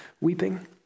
weeping